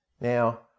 Now